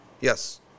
Yes